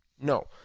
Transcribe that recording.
No